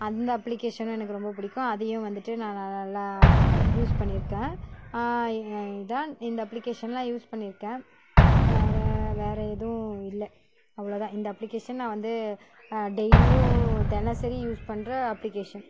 அந்த அப்ளிக்கேஷனும் எனக்கு ரொம்ப பிடிக்கும் அதையும் வந்துட்டு நான் நல்லா யூஸ் பண்ணியிருக்கேன் இதுதான் இந்த அப்ளிக்கேஷன்லாம் யூஸ் பண்ணியிருக்கேன் வேறு வேறு எதுவும் இல்லை அவ்வளோ தான் இந்த அப்ளிக்கேஷன் நான் வந்து டெய்லியும் தினசரி யூஸ் பண்ணுற அப்ளிக்கேஷன்